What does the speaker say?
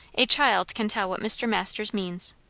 a child can tell what mr. masters means.